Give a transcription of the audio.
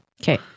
Okay